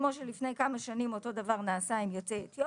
כמו שלפני כמה שנים אותו דבר נעשה עם יוצאי אתיופיה.